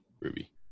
Ruby